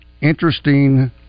Interesting